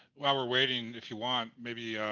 while we're waiting, if you want, maybe